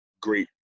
great